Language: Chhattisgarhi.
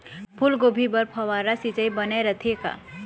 फूलगोभी बर फव्वारा सिचाई बने रथे का?